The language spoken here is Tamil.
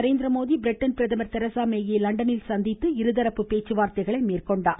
நரேந்திரமோடி பிரிட்டன் பிரதமர் தெரசா மேயை லண்டனில் சந்தித்து இருதரப்பு பேச்சுவார்த்தைகளை மேற்கொண்டார்